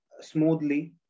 smoothly